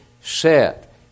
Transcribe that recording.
set